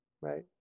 right